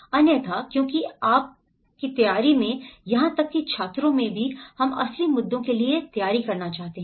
अन्यथा क्योंकि आप हैं तैयारी यहां तक कि छात्रों में भी हम असली मुद्दों के लिए तैयारी कर रहे हैं